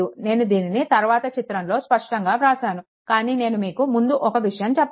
నేను దీనిని తరవాత చిత్రంలో స్పష్టంగా వ్రాసాను కానీ నేను మీకు ముందు ఒక విషయం చెప్పాలి